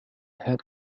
head